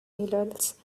minerals